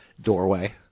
doorway